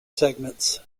segments